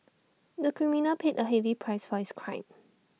the criminal paid A heavy price for his crime